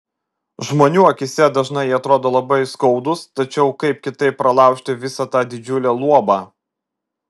žmonių akyse dažnai jie atrodo labai skaudūs tačiau kaip kitaip pralaužti visa tą didžiulę luobą